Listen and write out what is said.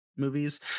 Movies